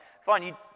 fine